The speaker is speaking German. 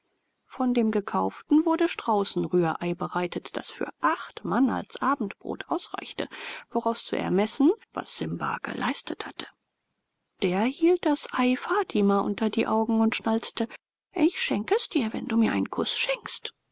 von dem gekauften wurde straußenrührei bereitet das für acht mann als abendbrot ausreichte woraus zu ermessen was simba geleistet hatte der hielt das ei fatima unter die augen und schnalzte ich schenk es dir wenn du mir einen kuß schenkst